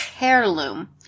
heirloom